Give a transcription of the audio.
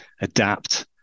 adapt